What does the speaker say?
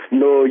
no